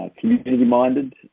community-minded